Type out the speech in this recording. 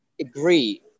agree